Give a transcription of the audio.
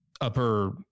upper